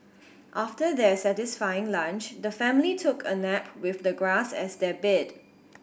after their satisfying lunch the family took a nap with the grass as their bed